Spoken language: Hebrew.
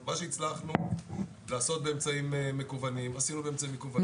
מה שהצלחנו לעשות באמצעים מקוונים עשינו באמצעים מקוונים.